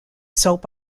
soap